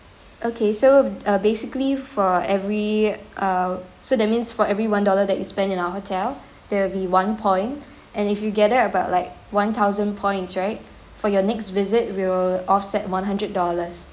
okay so uh basically for every err so that means for every one dollar that is spent in our hotel there will be one point and if you gather about like one thousand points right for your next visit we'll offset one hundred dollars